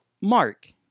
mark